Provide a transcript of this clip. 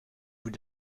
bout